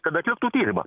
kad atliktų tyrimą